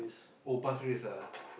oh Pasir-Ris ah